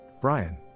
Brian